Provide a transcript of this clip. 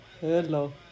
hello